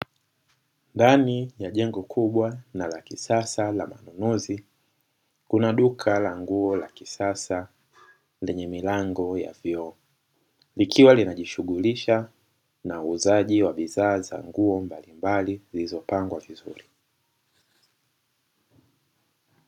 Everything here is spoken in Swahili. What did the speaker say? Ndani ya jengo kubwa na la kisasa la manunuzi, kuna duka kubwa la nguo za kisasa lenye milango ya vioo, likiwa linajishuhulisha na uuzaji wa bidhaa za nguo mbalimbali zilizopangwa vizuri.